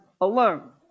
Alone